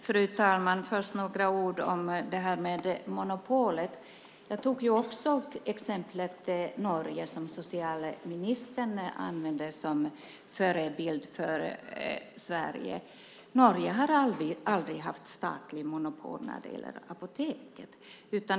Fru talman! Först vill jag säga några ord om monopolet. Även jag tog upp exemplet Norge, som socialministern använde som förebild för Sverige. Norge har aldrig haft statligt monopol på apotek.